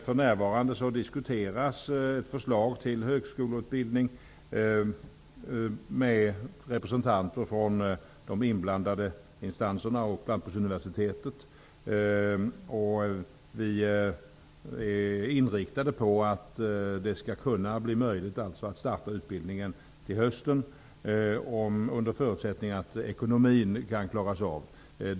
För närvarande diskuteras ett förslag till högskoleutbildning med representanter för de inblandade instanserna och Lantbruksuniversitetet. Vi är inriktade på att det skall kunna bli möjligt att starta utbildningen till hösten, under förutsättning att ekonomin kan klaras av.